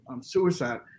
suicide